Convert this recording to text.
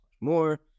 more